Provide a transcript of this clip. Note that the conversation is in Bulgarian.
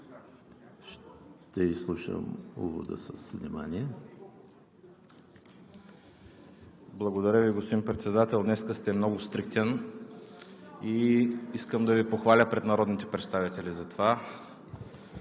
ще изслушам увода с внимание. ХАМИД ХАМИД (ДПС): Благодаря Ви, господин Председател! Днес сте много стриктен и искам да Ви похваля пред народните представители за това.